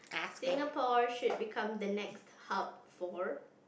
Singapore should become the next hub for